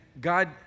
God